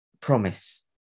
promise